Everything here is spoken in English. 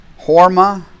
Horma